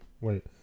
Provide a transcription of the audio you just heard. wait